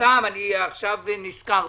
סתם עכשיו כי נזכרתי.